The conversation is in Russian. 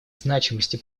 значимости